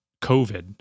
COVID